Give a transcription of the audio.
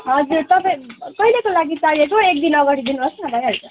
हजुर तपाईँ कहिलेको लागि चाहिएको एक दिनअगाडि दिनुहोस् न भइहाल्छ